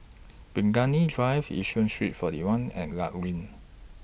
Burgundy Drive Yishun Street forty one and law LINK